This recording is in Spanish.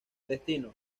destino